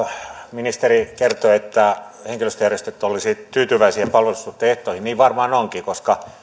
ministeri kertoi että henkilöstöjärjestöt olisivat tyytyväisiä palvelussuhteen ehtoihin niin varmaan ovatkin koska